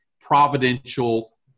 providential